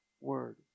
word